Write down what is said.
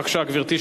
בבקשה, גברתי.